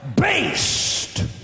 based